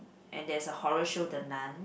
and there's a horror show the Nun